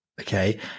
okay